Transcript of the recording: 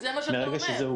אתה נותן לחברות פרטיות